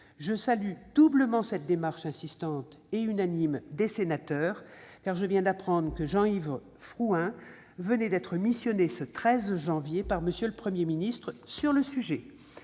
Je salue doublement cette démarche insistante et unanime des sénateurs, car je viens d'apprendre que Jean-Yves Frouin a été missionné par M. le Premier ministre sur le sujet